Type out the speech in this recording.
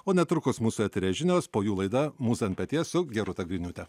o netrukus mūsų eteryje žinios po jų laida mūza ant peties su gerūta griniūte